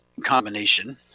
combination